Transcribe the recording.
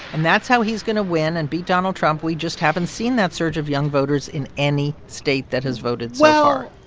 and that's how he's going to win and beat donald trump. we just haven't seen that surge of young voters in any state that has voted so far